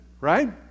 Right